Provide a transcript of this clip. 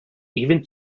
even